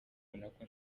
nako